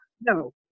no